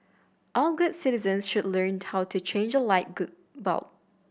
all good citizens should learnt how to change a light good bulb